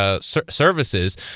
services